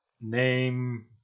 name